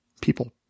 people